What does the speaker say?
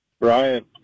Brian